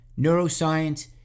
Neuroscience